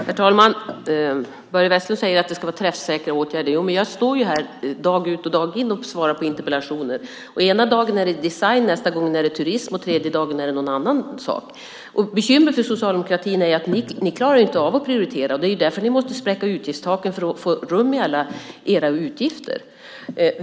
Herr talman! Börje Vestlund säger att det ska vara träffsäkra åtgärder. Jag står här dag ut och dag in och svarar på interpellationer. Ena dagen är det design, nästa dag är det turism och tredje dagen är det någon annan sak. Bekymret för socialdemokratin är att ni inte klarar av att prioritera. Det är därför ni måste spräcka utgiftstaken för att få rum med alla era utgifter.